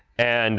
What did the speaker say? and